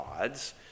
odds